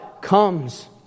comes